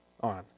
on